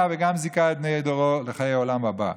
וגם זיכה את בני דורו לחיי עולם הבא.